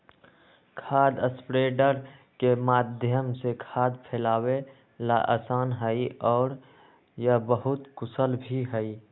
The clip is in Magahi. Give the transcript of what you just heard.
खाद स्प्रेडर के माध्यम से खाद फैलावे ला आसान हई और यह बहुत कुशल भी हई